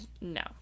no